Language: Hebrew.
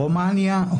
רומניה,